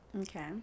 Okay